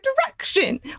direction